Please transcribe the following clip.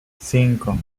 cinco